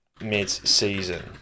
Mid-season